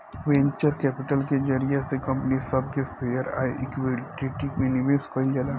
venture capital के जरिया से कंपनी सब के शेयर आ इक्विटी में निवेश कईल जाला